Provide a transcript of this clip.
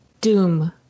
Doom